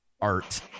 art